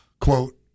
quote